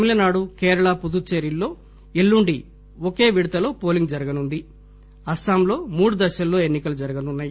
తమిళనాడు కేరళ పుదుచ్చేరిల్లో ఎల్లుండి ఒకే విడతలో పోలింగ్ జరగనుండగా అస్సాం లో మూడు దశల్లో ఎన్సికలు జరుగుతున్నాయి